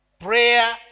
Prayer